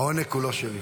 העונג כולו שלי.